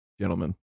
gentlemen